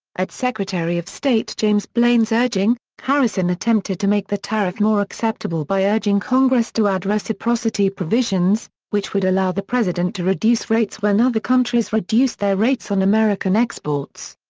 at secretary of state james blaine's urging, harrison attempted to make the tariff more acceptable by urging congress to add reciprocity provisions, provisions, which would allow the president to reduce rates when other countries reduced their rates on american exports.